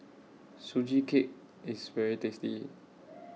Sugee Cake IS very tasty